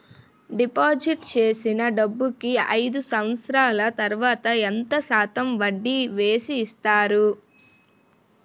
Deposit చేసిన డబ్బుకి అయిదు సంవత్సరాల తర్వాత ఎంత శాతం వడ్డీ వేసి ఇస్తారు?